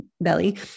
belly